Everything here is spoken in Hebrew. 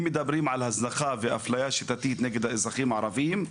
אם מדברים על הזנחה ואפליה שיטתית נגד האזרחים הערבים,